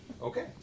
Okay